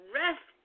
rest